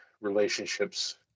relationships